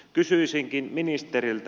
kysyisinkin ministeriltä